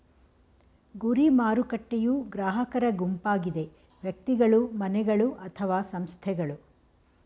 ಗುರಿ ಮಾರುಕಟ್ಟೆಯೂ ಗ್ರಾಹಕರ ಗುಂಪಾಗಿದೆ ವ್ಯಕ್ತಿಗಳು, ಮನೆಗಳು ಅಥವಾ ಸಂಸ್ಥೆಗಳು